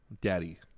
Daddy